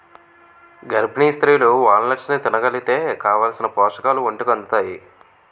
గర్భిణీ స్త్రీలు వాల్నట్స్ని తినగలిగితే కావాలిసిన పోషకాలు ఒంటికి అందుతాయి